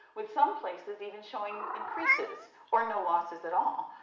with some places even showing increases or no losses at all,